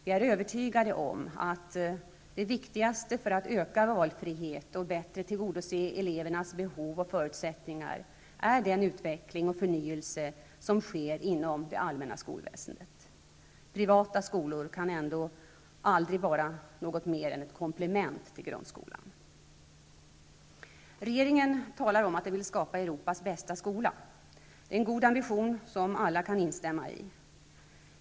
Vi är övertygade om att det viktigaste för att öka valfrihet och bättre tillgodose elevernas behov och förutsättningar är den utveckling och förnyelse som sker inom det allmänna skolväsendet. Privata skolor kan ändå aldrig vara något mer än komplement till grundskolan. Regeringen talar om att den vill skapa Europas bästa skola. Det är en god ambition som alla kan instämma i.